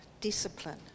discipline